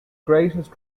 greatest